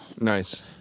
Nice